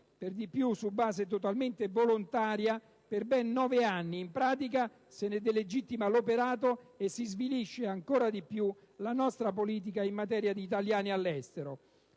per di più su base totalmente volontaria, per ben nove anni. In pratica, se ne delegittima l'operato e si svilisce ancora di più la nostra politica in materia di italiani all'estero.